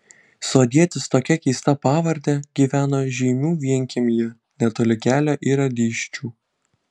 sodietis tokia keista pavarde gyveno žeimių vienkiemyje netoli kelio į radyščių